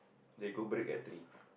they go break at three